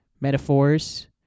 metaphors